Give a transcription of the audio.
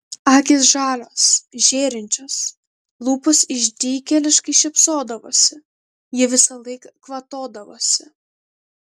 akys žalios žėrinčios lūpos išdykėliškai šypsodavosi ji visąlaik kvatodavosi